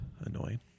annoying